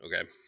Okay